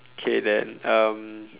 okay then um